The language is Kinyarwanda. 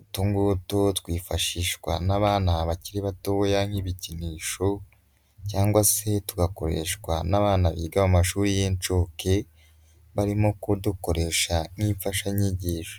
utu ngutu twifashishwa n'abana bakiri batoya nk'ibikinisho cyangwa se tugakoreshwa n'abana biga mu mashuri y'inshuke, barimo kudukoresha nk'imfashanyigisho.